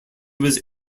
was